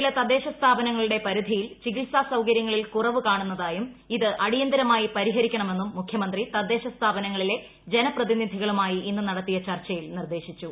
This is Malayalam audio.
ചില തദ്ദേശ സ്ഥാപനങ്ങളുടെ പരിക്കിയിൽ ചികിത്സാ സൌകര്യങ്ങ ളിൽ കുറവ് കാണുന്നതായും ഇത് അടിയന്തരമായി പരിഹരിക്കണ മെന്നും മുഖ്യമന്ത്രി തദ്ദേശ സ്ഥാ്പീനുങ്ങളിലെ ജനപ്രതിനിധികളുമായി ഇന്നു നടത്തിയ ചർച്ചയിൽ നിർദ്ദേശിച്ചു